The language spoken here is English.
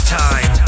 time